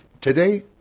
Today